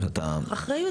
יש לך אחריות.